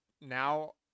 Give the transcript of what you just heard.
Now